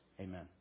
Amen